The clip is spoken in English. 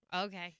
okay